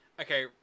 Okay